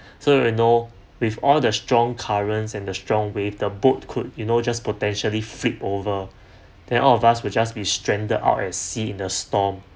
so you know with all the strong currents and the strong wave the boat could you know just potentially flip over then all of us will just be stranded out at sea in the storm